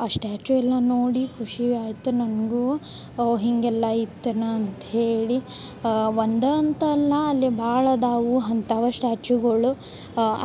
ಆ ಸ್ಟ್ಯಾಚು ಎಲ್ಲ ನೋಡಿ ಖುಷಿ ಆಯ್ತು ನನಗೂ ಓ ಹೀಗೆಲ್ಲ ಐತನ ಅಂತ್ಹೇಳಿ ಒಂದೇ ಅಂತಲ್ಲ ಅಲ್ಲಿ ಭಾಳ್ ಅದಾವು ಅಂತವ ಸ್ಟ್ಯಾಚುಗಳು